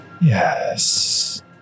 Yes